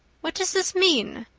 what does this mean?